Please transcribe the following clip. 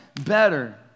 better